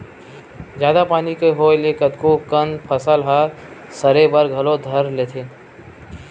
जादा पानी के होय ले कतको कन फसल ह सरे बर घलो धर लेथे